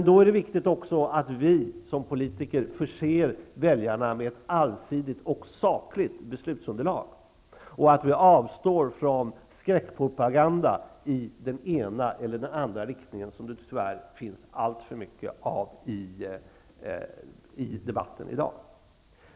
Då är det viktigt att vi som politiker förser väljarna med ett allsidigt och sakligt beslutsunderlag och att vi avstår från skräckpropaganda i den ena eller den andra riktningen, vilken det tyvärr finns alltför mycket av i debatten i dag.